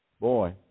Boy